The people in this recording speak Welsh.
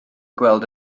gweld